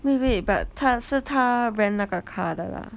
wait wait but 他是他 rent 那个 car 的 lah